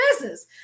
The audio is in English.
business